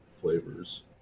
flavors